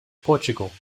portugal